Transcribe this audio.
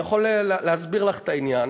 אני יכול להסביר לך את העניין.